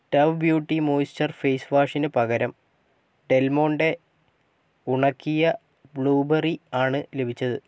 Dove beauty moisture face വാഷിന് പകരം Del Monte ഉണക്കിയ ബ്ലൂബെറി ആണ് ലഭിച്ചത്